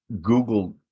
Google